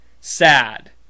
Sad